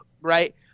right